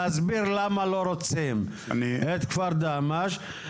להסביר למה לא רוצים את כפר דהמש,